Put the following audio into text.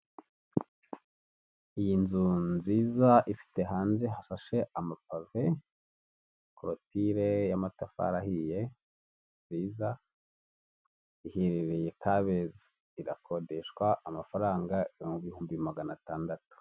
Ni inzu nziza ifite hanze hashashe amapave, koruture y'amatafari ahiye meza iherereye kabeza irakodeshwa amafaranga ibihumbi magana atandatu .